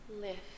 Lift